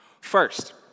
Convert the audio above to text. First